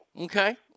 okay